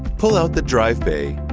pull out the drive bay,